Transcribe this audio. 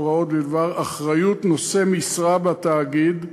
הוראות בדבר אחריות נושא משרה בתאגיד.